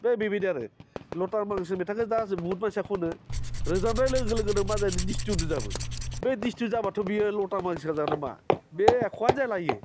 बे बेबायदि आरो लता मांगेसकारनि मेथाइखौ दा बुहुथ मानसिआ खनो रोजाबनाय लोगो लोगोनो मा जायो दिसटिउन रोजाबो बे दिसटिउन जाबाथ' बियो लता मांगेसकार मा बे एख'आनो जाला बेयो